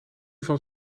van